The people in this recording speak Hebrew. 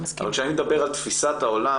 אבל כשאני מדבר על תפיסת העולם,